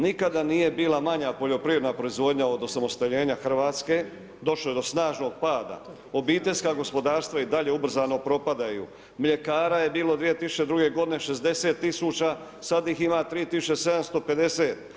Nikada nije bila manja poljoprivredna proizvodnja od osamostaljenja Hrvatske, došlo je do snažnog pada, obiteljska gospodarstva i dalje ubrzano propadaju, mljekara je bilo 2002. godine 60 tisuća sada ih ima 3750.